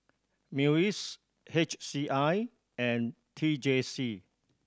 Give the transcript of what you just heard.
MUIS H C I and T J C